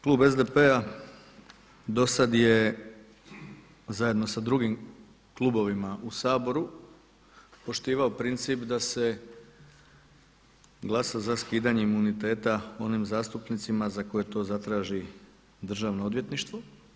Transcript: Klub SDP-a dosad je zajedno s drugim klubovima u Saboru poštivao princip da se glasa za skidanje imuniteta onim zastupnicima za koje to zatraži Državno odvjetništvo.